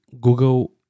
Google